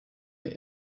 mir